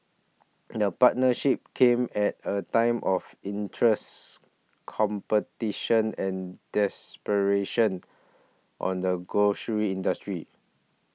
the partnership came at a time of interests competition and desperation on the grocery industry